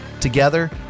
Together